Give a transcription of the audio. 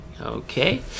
Okay